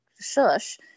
shush